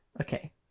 okay